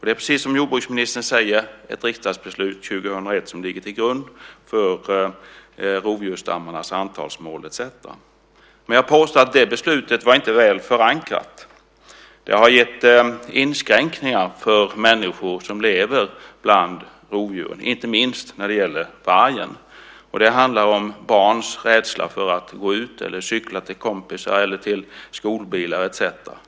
Det är, precis som jordbruksministern säger, ett riksdagsbeslut 2001 som ligger till grund för rovdjursstammarnas antalsmål. Jag påstår att det beslutet inte var väl förankrat. Det har gett inskränkningar för människor som lever bland rovdjur, inte minst när det gäller vargen. Det handlar om barns rädsla för att gå ut eller cykla till kompisar, till skolbilar etcetera.